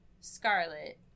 Scarlet